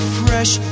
fresh